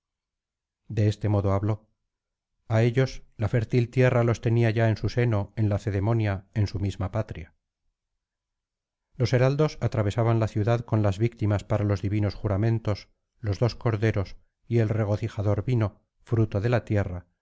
de este modo habló a ellos la fértil tierra los tenía ya en su seno en lacedemonia en su misma patria los heraldos atravesaban la ciudad con las víctimas para los divinos juramentos los dos corderos y el regocijador vino fruto de la tierra